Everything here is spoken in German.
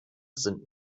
sind